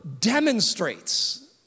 demonstrates